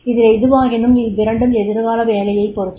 இதில் எதுவாகினும் அவ்விரண்டும் எதிர்கால வேலையைப் பொருத்தது